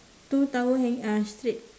two towel hanging uh straight